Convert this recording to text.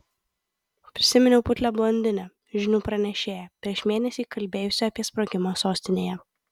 prisiminiau putlią blondinę žinių pranešėją prieš mėnesį kalbėjusią apie sprogimą sostinėje